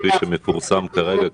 כפי שמפורסם כרגע,